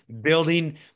building